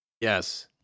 Yes